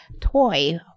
toy